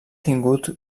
tingut